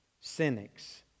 cynics